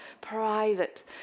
private